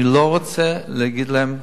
אני לא רוצה להגיד להם.